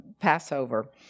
Passover